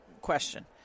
question